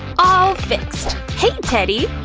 ah fixed! hey, teddy!